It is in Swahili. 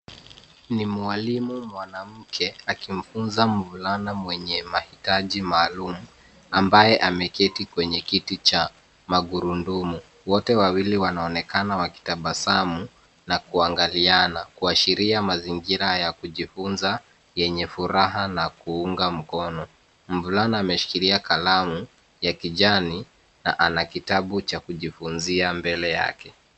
Ni mwalimu mwanamke akimfunza mvulana mwenye mahitaji maalum, ambaye ameketi kwenye kiti cha magurudumu. Wote wawili wanaonekana wakitabasamu na kuangaliana, kuashiria mazingira ya kujifunza, yenye furaha na kuunga mkono. Mvulana ameshikilia kalamu ya kijani na ana kitabu cha kujifunzia mbele yake.